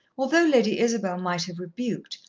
although lady isabel might have rebuked,